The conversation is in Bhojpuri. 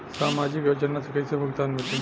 सामाजिक योजना से कइसे भुगतान मिली?